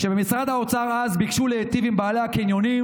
כשבמשרד האוצר אז ביקשו להיטיב עם בעלי הקניונים,